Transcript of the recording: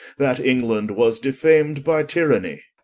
that england was defam'd by tyrannie